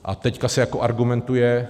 A teď se argumentuje.